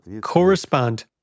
correspond